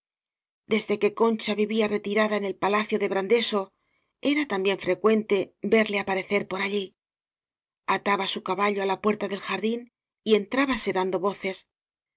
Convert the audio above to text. desde que concha vivía retirada en el palacio de brandeso era también frecuente verle apa recer por allí ataba su caballo á la puerta del jardín y entrábase dando voces